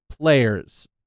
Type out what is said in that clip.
players